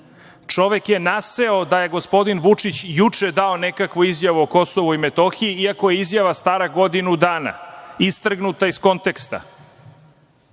Čovek je naseo da je gospodin Vučić juče dao nekakvu izjavu o KiM, iako je izjava stara godinu dana, istrgnuta iz konteksta